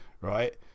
right